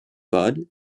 budd